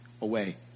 away